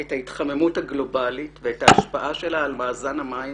את ההתחממות הגלובלית ואת ההשפעה שלה על מאזן המים